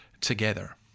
together